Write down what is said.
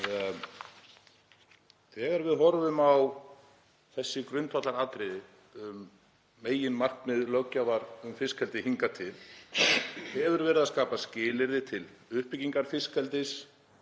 Þegar við horfum á þessi grundvallaratriði um meginmarkmið löggjafar um fiskeldi hingað til hafa þau verið að skapa skilyrði til uppbyggingar fiskeldis